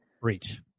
Reach